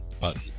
button